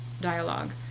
dialogue